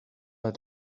but